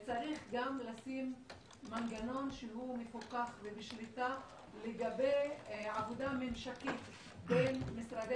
צריך לשים מנגנון שמפוקח ובשליטה לגבי עבודה ממשקית בין משרדי